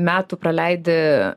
metų praleidi